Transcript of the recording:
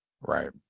Right